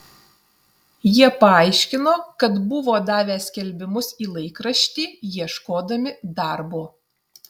jie paaiškino kad buvo davę skelbimus į laikraštį ieškodami darbo